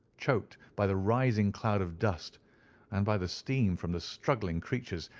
choked by the rising cloud of dust and by the steam from the struggling creatures,